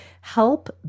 help